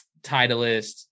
Titleist